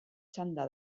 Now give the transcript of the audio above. txanda